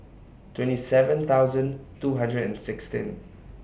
twenty seven thousand two hundred and sixteen